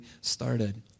started